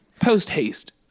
Post-haste